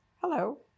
Hello